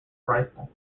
rifle